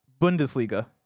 Bundesliga